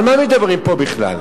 על מה מדברים פה בכלל?